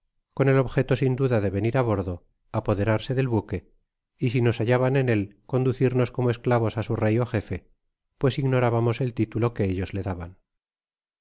con el objeto sin duda de venir á bordo apoderarse del buque y si nos hallaban en él conducirnos como esclavos á su rey ó jefe pues ignorábamos el titulo que ellos le daban